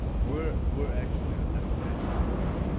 we're we're actually aesthetic company.